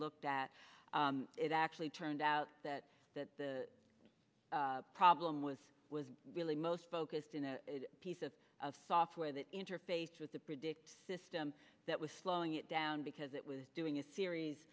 at it actually turned out that that the problem was really most focused in a piece of software that interface with the predict system that was slowing it down because it was doing a series